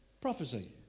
prophecy